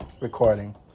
recording